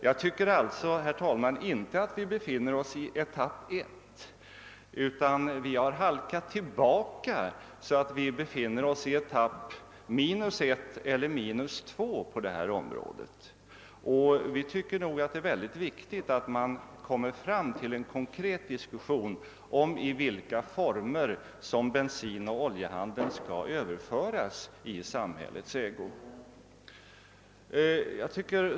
Jag tycker alltså, herr talman, inte att vi befinner oss i etapp 1, utan vi har halkat tillbaka så att vi befinner oss i etapp 1 eller 2 på detta område. Vi anser att det är mycket viktigt att man kommer fram till en konkret diskussion om i vilka former bensinoch oljehandeln skall överföras i samhällets ägo.